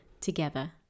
together